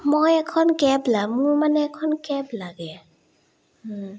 মই এখন কেব ল'ম মোক মানে এখন কেব লাগে